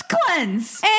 cleanse